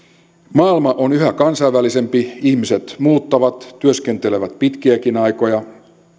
maailma on yhä kansainvälisempi ihmiset muuttavat työskentelevät pitkiäkin aikoja